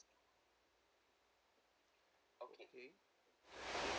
okay